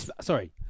Sorry